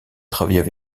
travailler